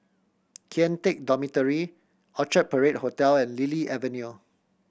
Kian Teck Dormitory Orchard Parade Hotel and Lily Avenue